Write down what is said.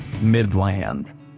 Midland